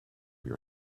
your